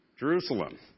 Jerusalem